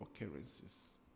occurrences